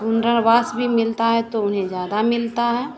पुनर्वास भी मिलता है तो उन्हें ज़्यादा मिलता है